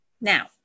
Now